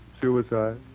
suicide